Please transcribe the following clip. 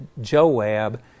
Joab